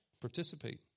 Participate